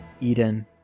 Eden